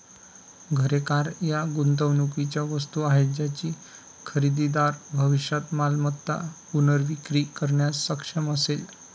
घरे, कार या गुंतवणुकीच्या वस्तू आहेत ज्याची खरेदीदार भविष्यात मालमत्ता पुनर्विक्री करण्यास सक्षम असेल